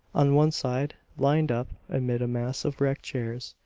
on one side, lined up amid a mass of wrecked chairs,